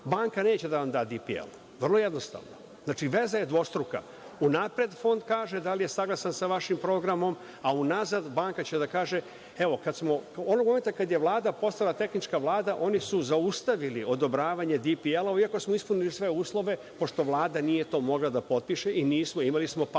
banka neće da vam da DPL, vrlo jednostavno, znači veza je dvostruka. Unapred Fond kaže da li je saglasan sa vašim programom, a unazad banka će da kaže – evo. Onog momenta kada je Vlada postala tehnička Vlada, oni su zaustavili odobravanje DPL-ova iako smo ispunili sve uslove, pošto Vlada do nije mogla da potpiše, imali smo pauzu